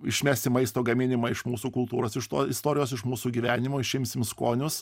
išmesti maisto gaminimą iš mūsų kultūros iš to istorijos iš mūsų gyvenimo išimsim skonius